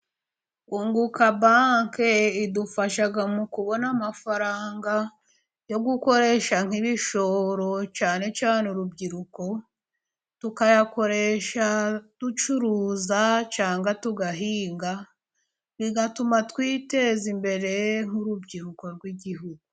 Unguka banki idufasha mu kubona amafaranga yo gukoresha, nk'ibishoro cyane cyane urubyiruko, tukayakoresha ducuruza cyangwa tugahinga, bigatuma twiteza imbere nk'urubyiruko rw'igihugu.